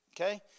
okay